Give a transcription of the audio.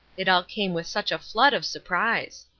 it all came with such a flood of surprise.